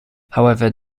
however